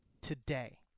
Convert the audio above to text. today